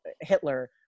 Hitler